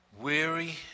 weary